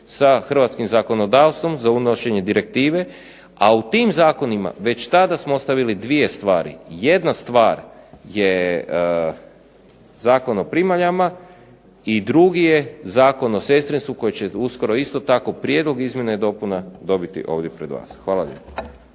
sa hrvatskim zakonodavstvom za unošenje direktive, a u tim zakonima već tada smo ostavili dvije stvari. Jedna stvar je Zakon o primaljama, i drugi je Zakon o sestrinstvu koji će uskoro isto tako prijedlog izmjena i dopuna dobiti ovdje pred vas. Hvala